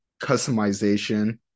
customization